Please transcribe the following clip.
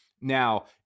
Now